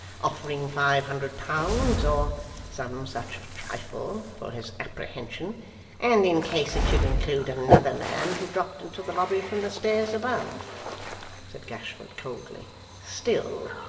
offering five hundred pounds, or some such trifle, for his apprehension and in case it should include another man who dropped into the lobby from the stairs above said gashford, coldly still,